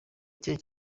cye